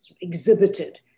exhibited